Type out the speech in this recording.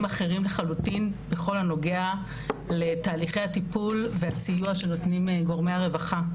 אחרים לחלוטין בכל הנוגע לתהליכי הטיפול והסיוע שנותנים גורמי הרווחה.